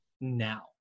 now